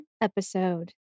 episode